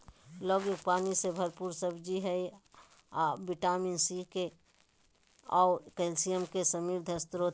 लौकी पानी से भरपूर सब्जी हइ अ विटामिन सी, के आऊ कैल्शियम के समृद्ध स्रोत हइ